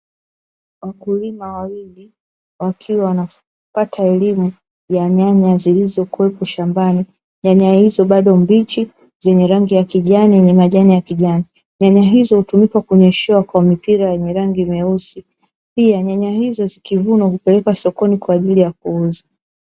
Wakulima wawili wakiwa wanapata elimu ya nyanya zilizokuwepo shambani, nyanya hizo bado mbichi zenye rangi ya kijani yenye majani ya kijani, nyanya hizo hutumika kunyeshewa kwa mipira yenye rangi meusi, pia nyanya hizo zikivunwa hupelekwa sokoni kwa ajili ya kuuzwa.